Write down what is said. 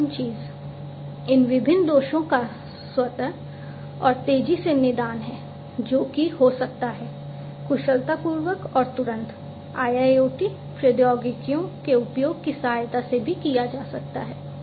अंतिम चीज इन विभिन्न दोषों का स्वत और तेजी से निदान है जो कि हो सकता है कुशलतापूर्वक और तुरंत IIoT प्रौद्योगिकियों के उपयोग की सहायता से भी किया जा सकता है